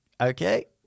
Okay